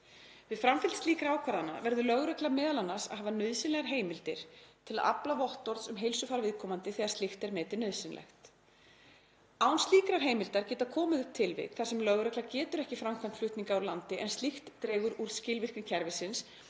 Við framfylgd slíkra ákvarðana verður lögregla m.a. að hafa nauðsynlegar heimildir til að afla vottorðs um heilsufar viðkomandi þegar slíkt er metið nauðsynlegt. Án slíkrar heimildar geta komið upp tilvik þar sem lögregla getur ekki framkvæmt flutninga úr landi en slíkt dregur úr skilvirkni kerfisins